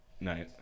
Nice